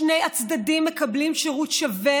שני הצדדים מקבלים שירות שווה,